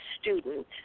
student